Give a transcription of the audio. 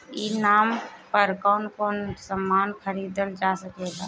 ई नाम पर कौन कौन समान खरीदल जा सकेला?